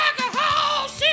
alcohol